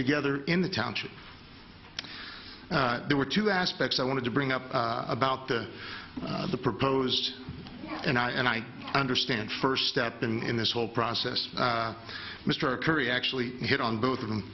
together in the township there were two aspects i wanted to bring up about the the proposed and i and i understand first step in this whole process mr curry actually hit on both of them